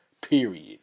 Period